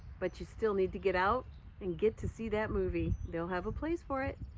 but you still need to get out and get to see that movie. they'll have a place for it.